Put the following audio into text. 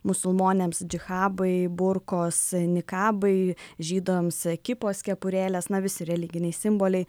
musulmonėms džihabai burkos nikabai žydams ekipos kepurėlės na visi religiniai simboliai